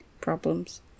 problems